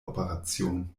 operation